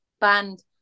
band